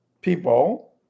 people